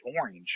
orange